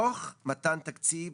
תוך מתן תקציב